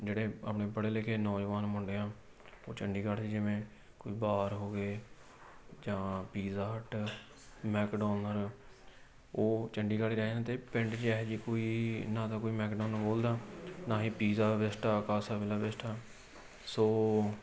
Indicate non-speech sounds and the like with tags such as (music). ਜਿਹੜੇ ਆਪਣੇ ਪੜ੍ਹੇ ਲਿਖੇ ਨੌਜਵਾਨ ਮੁੰਡੇ ਹਾਂ ਉਹ ਚੰਡੀਗੜ੍ਹ ਜਿਵੇਂ ਕੋਈ ਬਾਰ ਹੋ ਗਏ ਜਾਂ ਪਿਜ਼ਾ ਹੱਟ ਮੈਕਡੋਨਰ ਉਹ ਚੰਡੀਗੜ੍ਹ ਰਹਿ ਜਾਂਦੇ ਪਿੰਡ 'ਚ ਇਹ ਜਿਹੀ ਕੋਈ ਨਾ ਤਾਂ ਕੋਈ ਮੈਕਡੋਨਲ ਬੋਲਦਾ ਨਾ ਹੀ ਪਿਜ਼ਾ ਬਿਸਟਾ ਕਾਸਾ (unintelligible) ਸੋ